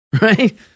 Right